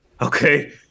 Okay